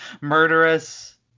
murderous